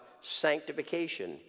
sanctification